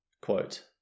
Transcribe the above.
Quote